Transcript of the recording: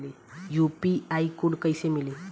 UPI code कैसे मिली?